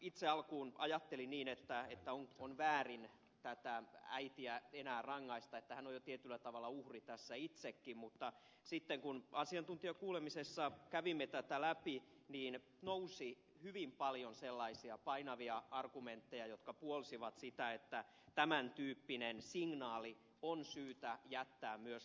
itse alkuun ajattelin niin että on väärin tätä äitiä enää rangaista että hän on jo tietyllä tavalla uhri tässä itsekin mutta sitten kun asiantuntijakuulemisessa kävimme tätä läpi niin nousi hyvin paljon sellaisia painavia argumentteja jotka puolsivat sitä että tämän tyyppinen signaali on syytä jättää myös lainsäädäntöön